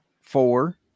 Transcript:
four